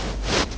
I think so